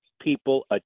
people